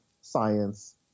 science